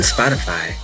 Spotify